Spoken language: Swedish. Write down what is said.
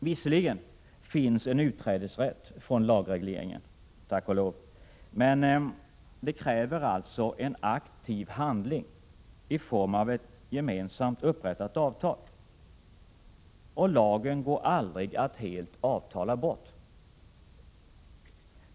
Visserligen finns viss utträdesrätt från lagregleringen — tack och lov — men det kräver alltså en aktiv handling i form av gemensamt upprättat avtal, och lagen går aldrig att helt avtala bort.